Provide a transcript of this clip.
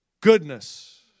goodness